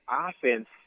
offense